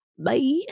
Bye